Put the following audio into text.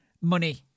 Money